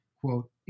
quote